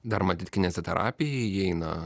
dar matyt kineziterapija įeina